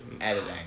editing